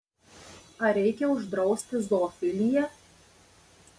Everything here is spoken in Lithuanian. ar reikia uždrausti zoofiliją